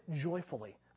joyfully